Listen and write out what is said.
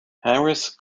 harris